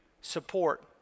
support